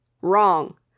Wrong